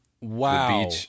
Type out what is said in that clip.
wow